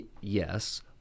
yes